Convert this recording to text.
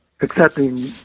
accepting